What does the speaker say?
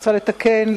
רוצה לתקן,